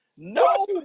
No